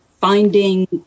finding